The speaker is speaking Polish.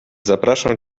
zapraszam